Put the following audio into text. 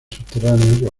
subterráneas